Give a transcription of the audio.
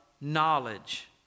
knowledge